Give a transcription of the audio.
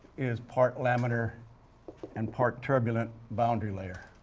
is part laminar and part turbulent boundary layer.